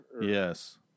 Yes